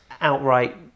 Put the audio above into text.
outright